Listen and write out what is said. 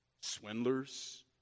Swindlers